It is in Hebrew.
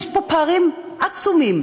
יש פה פערים עצומים.